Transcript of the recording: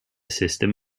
system